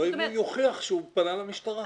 לא יודעים להוכיח שהוא פנה למשטרה.